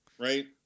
Right